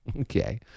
Okay